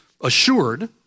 assured